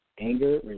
anger